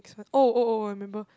next one oh oh oh I remember